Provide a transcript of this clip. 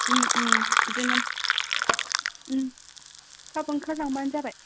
बिदिनो थाब आंखारलांबानो जाबाय